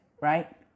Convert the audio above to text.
right